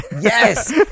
yes